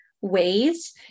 ways